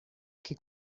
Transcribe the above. que